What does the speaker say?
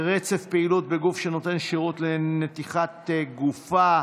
רצף פעילות בגוף שנותן שירות לנתיחת גווייה).